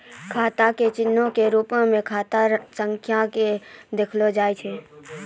खाता के चिन्हो के रुपो मे खाता संख्या के देखलो जाय छै